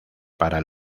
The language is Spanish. para